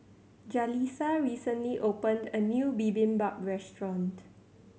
Jaleesa recently opened a new Bibimbap Restaurant